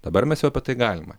dabar mes jau apie tai galima